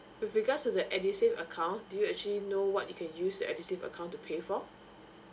with regards to that edusave account do you actually know what you can use the edusave account to pay for